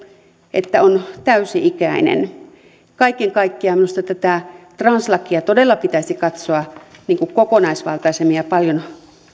että on täysi ikäinen kaiken kaikkiaan minusta tätä translakia todella pitäisi katsoa kokonaisvaltaisemmin ja paljon